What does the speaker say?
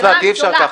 השאלה הגדולה.